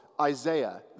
Isaiah